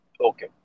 Okay